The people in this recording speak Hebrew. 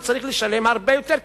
הוא צריך לשלם הרבה יותר כסף,